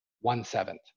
One-seventh